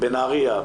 בנהריה,